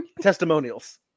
testimonials